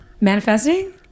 manifesting